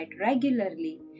regularly